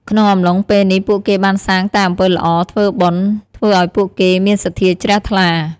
ក្នុងអំឡុងពេលនេះ ពួកគេបានសាងតែអំពើល្អ ធ្វើបុណ្យ ធ្វើឲ្យពួកគេមានសន្ធាជ្រះថ្លា។